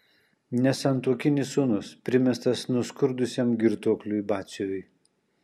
nesantuokinis sūnus primestas nuskurdusiam girtuokliui batsiuviui